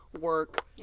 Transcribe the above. work